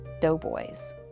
doughboys